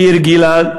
כהרגלה,